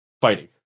fighting